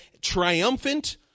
triumphant